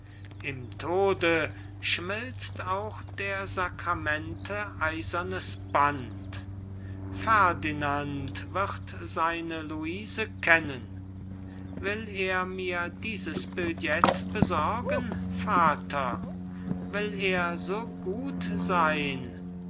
im tode schmilzt auch der sacramente eisernes band ferdinand wird seine luise kennen will er mir dies billet besorgen vater will er so gut sein